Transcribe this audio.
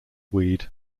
weed